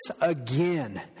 again